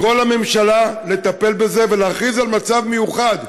לקרוא לממשלה לטפל בזה ולהכריז על מצב מיוחד,